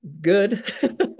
good